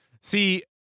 See